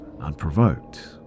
unprovoked